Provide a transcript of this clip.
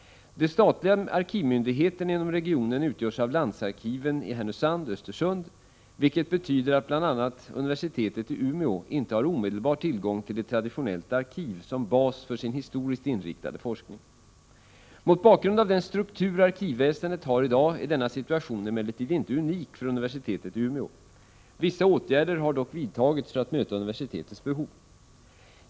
De statliga arkivmyndigheterna inom regionen utgörs av landsarkiven i Härnösand och Östersund, vilket betyder att bl.a. universitet i Umeå inte har omedelbar tillgång till ett traditionellt arkiv som bas för sin historiskt inriktade forskning. Mot bakgrund av den struktur arkivväsendet har i dag är denna situation emellertid inte unik för universitetet i Umeå. Vissa åtgärder har dock vidtagits för att möta universitetets behov.